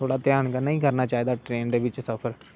थोह्डा घ्यान कन्नै गै करना चाहिदा ट्रेन दे बिच सफर